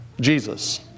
Jesus